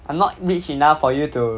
I'm not rich enough for you to